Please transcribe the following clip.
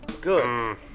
good